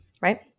Right